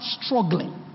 struggling